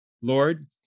Lord